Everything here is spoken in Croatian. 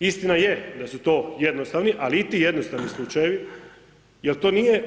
Istina je da su to jednostavni, ali i ti jednostavni slučajevi, jer to nije